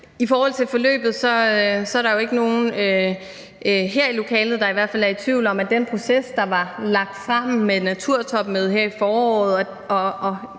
I forhold til forløbet er der jo i hvert fald ikke nogen her i lokalet, der er i tvivl om, at den proces, der var lagt sammen med naturtopmødet her i foråret